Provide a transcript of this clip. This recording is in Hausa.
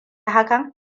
hakan